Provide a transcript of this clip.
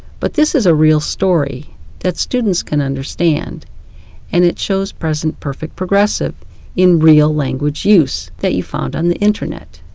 but this is a real story that students can understand and it shows present perfect progressive in real language use that you found on the internet.